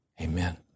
Amen